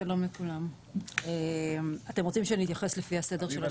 שלום לכולם, אתם רוצים שנתייחס לפי הסדר של